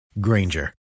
Granger